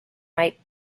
might